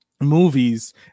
movies